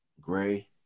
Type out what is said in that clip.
gray